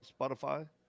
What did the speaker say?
Spotify